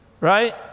right